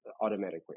automatically